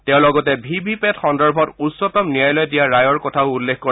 তেওঁ লগতে V V PAT সন্দৰ্ভত উচ্চতম ন্যায়ালয়ে দিয়া ৰায়ৰ কথাও উল্লেখ কৰে